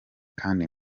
kandi